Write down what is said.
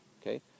okay